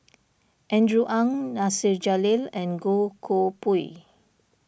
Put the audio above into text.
Andrew Ang Nasir Jalil and Goh Koh Pui